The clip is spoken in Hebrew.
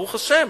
ברוך השם.